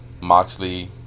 Moxley